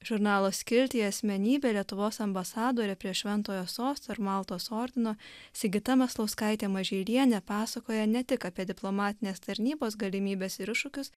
žurnalo skiltyje asmenybė lietuvos ambasadorė prie šventojo sosto ir maltos ordino sigita maslauskaitė mažylienė pasakoja ne tik apie diplomatinės tarnybos galimybes ir iššūkius